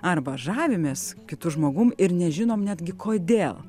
arba žavimės kitu žmogum ir nežinom netgi kodėl